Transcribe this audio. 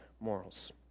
morals